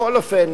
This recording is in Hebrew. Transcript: בכל אופן,